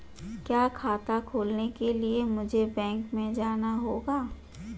क्या खाता खोलने के लिए मुझे बैंक में जाना होगा?